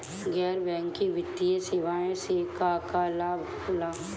गैर बैंकिंग वित्तीय सेवाएं से का का लाभ होला?